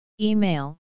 Email